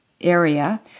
area